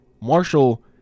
Marshall